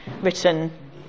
written